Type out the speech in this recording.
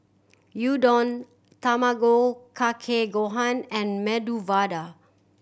Gyudon Tamago Kake Gohan and Medu Vada